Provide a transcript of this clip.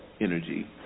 energy